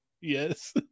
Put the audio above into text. yes